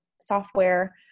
software